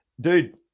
dude